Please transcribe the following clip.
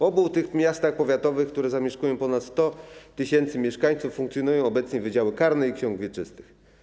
W obu tych miastach powiatowych, które zamieszkuje ponad 100 tys. mieszkańców, funkcjonują obecnie wydziały karne i ksiąg wieczystych.